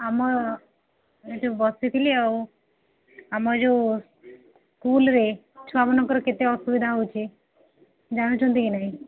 ଆମ ଏ ଯୋଉ ବସିଥିଲି ଆଉ ଆମ ଯୋଉ ସ୍କୁଲରେ ଛୁଆମାନଙ୍କର କେତେ ଅସୁବିଧା ହେଉଛି ଜାଣୁଛନ୍ତି କି ନାହିଁ